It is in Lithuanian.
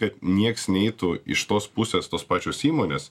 kad nieks neitų iš tos pusės tos pačios įmonės